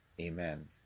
Amen